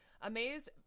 Amazed